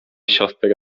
siostry